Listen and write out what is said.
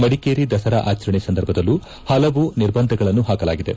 ಮಡಿಕೇರಿ ದಸರಾ ಆಚರಣೆ ಸಂದರ್ಭದಲ್ಲೂ ಹಲವು ನಿರ್ಬಂಧಗಳನ್ನು ಹಾಕಲಾಗಿದೆ